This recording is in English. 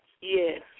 Yes